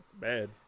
bad